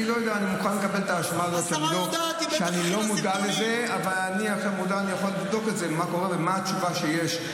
אני צריך לבדוק את זה, אני אבדוק את הדבר הזה.